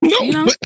no